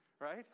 right